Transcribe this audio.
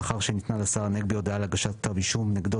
לאחר שניתנה לשר הנגבי הודעה על הגשת כתב אישום נגדו